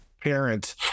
parent